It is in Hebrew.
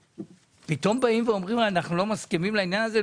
פתאום אומרים שאתם לא מסכימים לעניין הזה?